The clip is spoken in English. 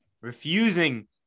refusing